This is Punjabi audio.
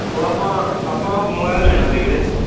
ਉਹ ਆਪਾਂ ਆਪਾਂ ਮੋਬਾਇਲ ਲੈਣਾ ਸੀ ਵੀਰੇ